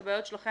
זה בעיות שלכם,